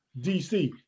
DC